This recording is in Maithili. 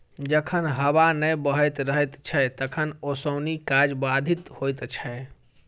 जखन हबा नै बहैत रहैत छै तखन ओसौनी काज बाधित होइत छै